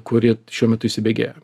kuri šiuo metu įsibėgėja